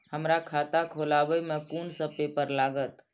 हमरा खाता खोलाबई में कुन सब पेपर लागत?